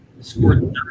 scored